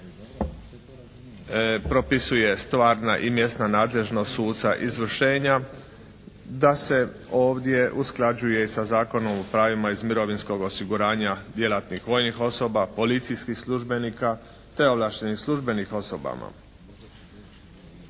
propisuje stvarna i mjesna nadležnost suca izvršenja, da se ovdje usklađuje i sa Zakonom o pravima iz mirovinskog osiguranja djelatnih vojnih osoba, policijskih službenika te ovlaštenih službenih osoba.